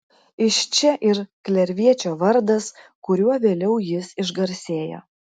iš čia ir klerviečio vardas kuriuo vėliau jis išgarsėjo